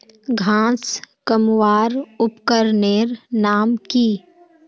घांस कमवार उपकरनेर नाम की?